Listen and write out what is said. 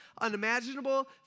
unimaginable